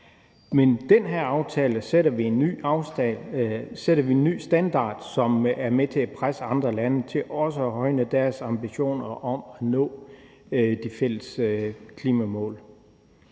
Med den her aftale sætter vi en ny standard, som er med til at presse andre lande til også at højne deres ambitioner om at nå de fælles klimamål.